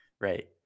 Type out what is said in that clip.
right